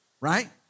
Right